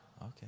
Okay